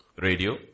radio